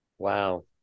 Wow